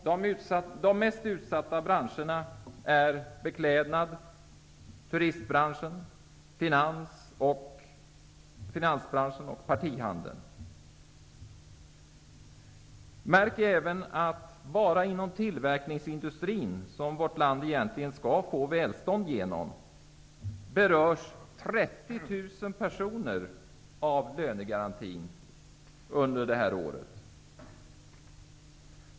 De mest utsatta branscherna är beklädnads-, turist och finansbranschen samt partihandeln. Märk även att bara inom tillverkningsindustrin, som vårt land egentligen skall få välstånd genom, berörs 30 000 personer av lönegarantin under det här året.